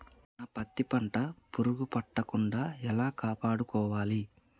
నా పత్తి పంట పురుగు పట్టకుండా ఎలా కాపాడుకోవాలి?